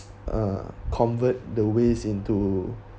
uh convert the waste into